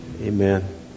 Amen